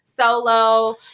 solo